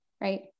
right